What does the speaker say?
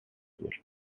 unusual